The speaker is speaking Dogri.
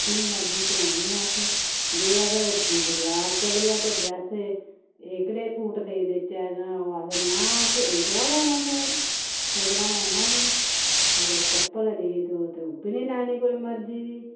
अपनी मर्जी चलानी असें जे अगर बजार चली जाओ ते ड्रेस एहकड़े सूट लेई देचै ते ओह् आखदे ना असें एह्कड़ा लैना सूट एह्कड़ा लैना गै निं ते कोई चप्पल लेई देओ ते ओह् बी नेईं लैनी कोई मर्जी दी